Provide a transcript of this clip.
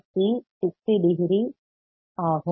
C RC 60 degree phase shift ஆகும்